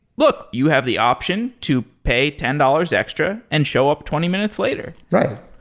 look! you have the option to pay ten dollars extra and show up twenty minutes later. right,